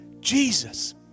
Jesus